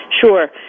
Sure